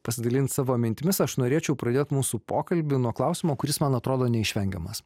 pasidalint savo mintimis aš norėčiau pradėt mūsų pokalbį nuo klausimo kuris man atrodo neišvengiamas